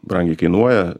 brangiai kainuoja